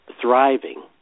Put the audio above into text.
thriving